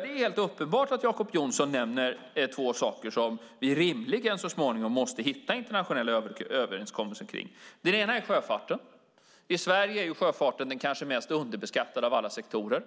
Det är helt uppenbart när det gäller två saker som Jacob Johnson nämner att vi rimligen så småningom måste hitta internationella överenskommelser. Det ena är sjöfarten. I Sverige är sjöfarten den kanske mest underbeskattade av alla sektorer.